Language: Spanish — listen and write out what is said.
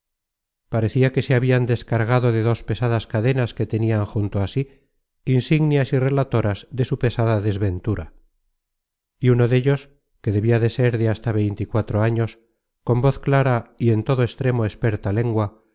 parecia que se habian descargado de dos pesadas cadenas que tenian junto á sí insignias y relatoras de su pesada desventura y uno dellos que debia de ser de hasta veinticuatro años con voz clara y en todo extremo experta lengua